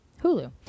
hulu